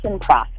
process